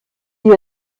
die